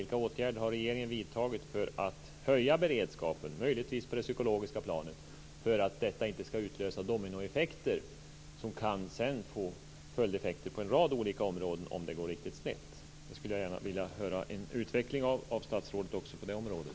Vilka åtgärder har regeringen vidtagit för att höja beredskapen, möjligtvis på det psykologiska planet, så att inte dominoeffekter på en rad olika områden ska utlösas om det går riktigt snett? Jag skulle gärna vilja höra en utveckling av statsrådet också på det området.